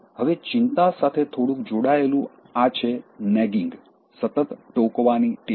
હવે ચિંતા સાથે થોડુંક જોડાયેલુ આ છે નેગિંગ સતત ટોકવાની ટેવ